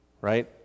Right